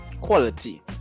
quality